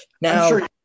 Now